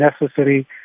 necessary